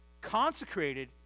consecrated